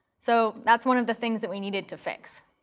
so that's one of the things that we needed to fix.